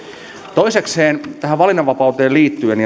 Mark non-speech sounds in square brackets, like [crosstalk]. toisekseen tähän valinnanvapauteen liittyen [unintelligible]